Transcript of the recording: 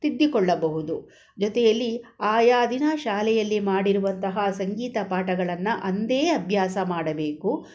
ತಿದ್ದುಕೊಳ್ಳಬಹುದು ಜೊತೆಯಲ್ಲಿ ಆಯಾ ದಿನ ಶಾಲೆಯಲ್ಲಿ ಮಾಡಿರುವಂತಹ ಸಂಗೀತ ಪಾಠಗಳನ್ನು ಅಂದೇ ಅಭ್ಯಾಸ ಮಾಡಬೇಕು